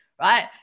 right